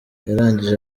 yarangije